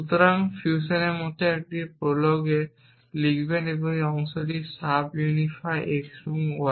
সুতরাং ফিউশনের মতো একটি প্রোলগে লিখবেন এই অংশটি সাব ইউনিফাই x y